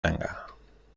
tanga